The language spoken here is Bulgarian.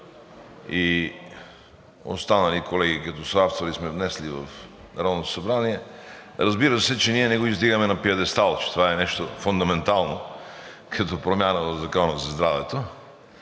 и останалите колеги, като съавтори, сме внесли в Народното събрание, разбира се, че ние не го издигаме на пиедестал, че това е нещо фундаментално като промяна в Закона за здравето.